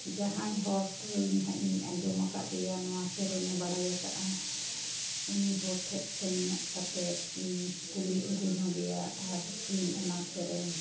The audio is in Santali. ᱡᱟᱦᱟᱸᱭ ᱦᱚᱲ ᱟᱸᱡᱚᱢ ᱟᱠᱟᱫᱮᱭᱟ ᱱᱚᱣᱟ ᱥᱮᱨᱮᱧᱮ ᱵᱟᱲᱟᱭ ᱠᱟᱫᱼᱟ ᱩᱱᱤ ᱦᱚᱲ ᱴᱷᱮᱱ ᱥᱮᱱ ᱧᱚᱜ ᱠᱟᱛᱮᱫ ᱤᱧ ᱠᱩᱞᱤ ᱟᱹᱜᱩ ᱧᱚᱜᱮᱭᱟ ᱟᱨ ᱤᱧ ᱚᱱᱟ ᱥᱮᱨᱮᱧ